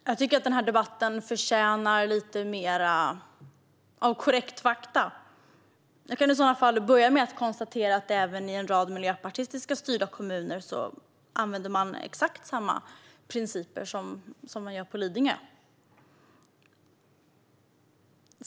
Herr talman! Denna debatt förtjänar lite mer korrekta fakta. Jag kan börja med att konstatera att även i en rad kommuner som styrs av Miljöpartiet använder man exakt samma principer som man gör på Lidingö.